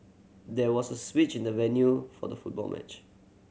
there was a switch in the venue for the football match